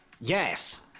yes